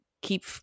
keep